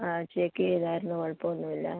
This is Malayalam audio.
ആ ചെക്ക് ചെയ്തായിരുന്നു കുഴപ്പമൊന്നുമില്ല